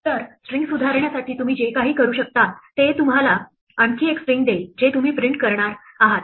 तर स्ट्रिंग सुधारण्यासाठी तुम्ही जे काही करू शकता ते तुम्हाला आणखी एक स्ट्रिंग देईल जे तुम्ही प्रिंट करणार आहात